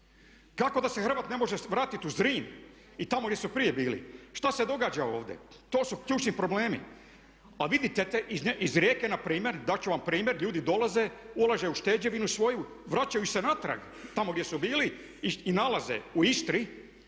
Kako da se Hrvat ne može vratiti u Zrin i tamo gdje su prije bili? Što se događa ovdje? To su ključni problemi. A vidite iz Rijeke npr. dat ću vam primjer ljudi dolaze, ulažu ušteđevinu svoju, vraćaju se natrag tamo gdje su bili i nalaze u Istri